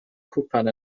cwpan